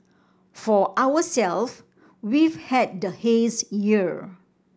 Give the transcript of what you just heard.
for ourselves we've had the haze year